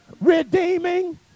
redeeming